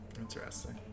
Interesting